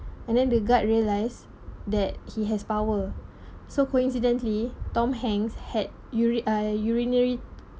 and then the guard realised that he has power so coincidentally tom hanks had uri~ uh urinary